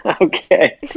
Okay